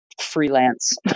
freelance